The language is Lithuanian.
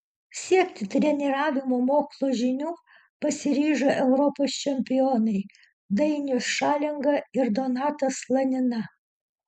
siekti treniravimo mokslo žinių pasiryžo europos čempionai dainius šalenga ir donatas slanina